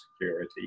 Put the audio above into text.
security